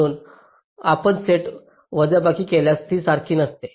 म्हणून आपण सेट वजाबाकी घेतल्यास ती सारखी नसते